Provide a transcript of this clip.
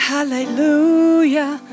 Hallelujah